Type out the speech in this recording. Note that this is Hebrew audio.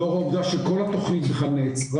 לאור העובדה שכל התכנית נעצרה.